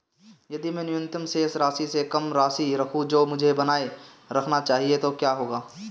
यदि मैं न्यूनतम शेष राशि से कम राशि रखूं जो मुझे बनाए रखना चाहिए तो क्या होगा?